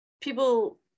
people